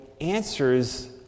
answers